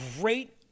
great